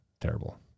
Terrible